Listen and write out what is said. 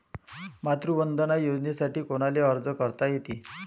मातृवंदना योजनेसाठी कोनाले अर्ज करता येते?